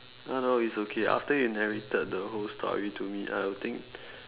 no no it's okay after you narrated the whole story to me I would think